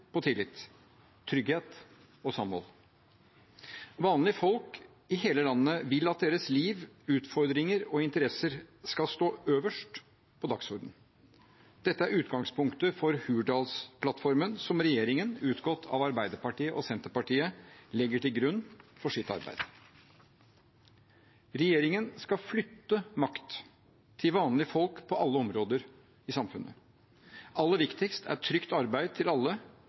på tillit, trygghet og samhold. Vanlige folk i hele landet vil at deres liv, utfordringer og interesser skal stå øverst på dagsordenen. Dette er utgangspunktet for Hurdalsplattformen som regjeringen utgått av Arbeiderpartiet og Senterpartiet legger til grunn for sitt arbeid. Regjeringen skal flytte makt til vanlige folk på alle områder i samfunnet. Aller viktigst er trygt arbeid til alle